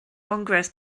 congress